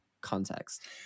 context